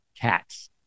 cats